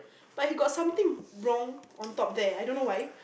but he got something wrong on top there I don't know why